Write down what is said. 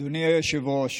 אדוני היושב-ראש,